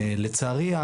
לצערי,